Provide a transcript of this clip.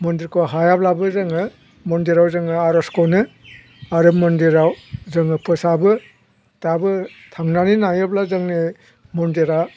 मन्दिरखौ हायाब्लाबो जोङो मन्दिराव जोङो आर'ज खनो आरो मन्दिराव जोङो फोसाबो दाबो थांनानै नायोब्ला जोंनि मन्दिरा